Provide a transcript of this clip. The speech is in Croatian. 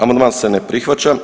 Amandman se ne prihvaća.